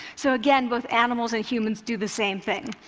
so again, both animals and humans do the same thing.